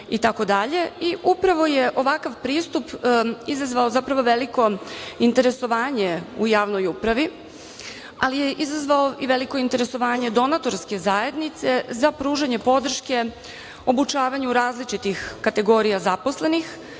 i upravo je ovakav pristup izazvao zapravo veliko interesovanje u javnoj upravi, ali je izazvalo i veliko interesovanje donatorske zajednice za pružanje podrške, obučavanju različitih kategorija zaposlenih,